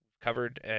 covered